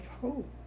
hope